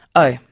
oh,